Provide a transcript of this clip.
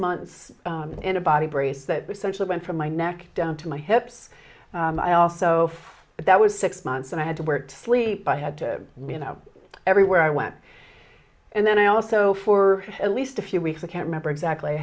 months in a body brace that essentially went from my neck down to my hips i also but that was six months and i had to wear to sleep i had to me you know everywhere i went and then i also for at least a few weeks i can't remember exactly